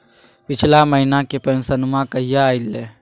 पिछला महीना के पेंसनमा कहिया आइले?